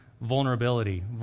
vulnerability